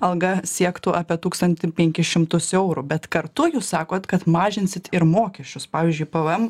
alga siektų apie tūkstantį penkis šimtus eurų bet kartu jūs sakot kad mažinsit ir mokesčius pavyzdžiui pvm